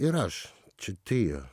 ir aš čia trio